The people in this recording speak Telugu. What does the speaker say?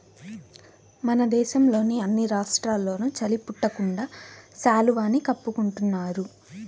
మన దేశంలోని అన్ని రాష్ట్రాల్లోనూ చలి పుట్టకుండా శాలువాని కప్పుకుంటున్నారు